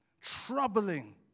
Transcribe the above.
troubling